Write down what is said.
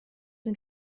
den